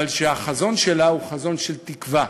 אבל שהחזון שלה הוא חזון של תקווה.